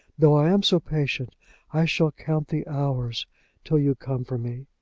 though i am so patient i shall count the hours till you come for me.